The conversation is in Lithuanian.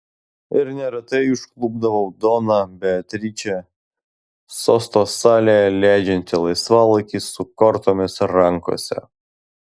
ir neretai užklupdavau doną beatričę sosto salėje leidžiančią laisvalaikį su kortomis rankose